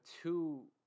two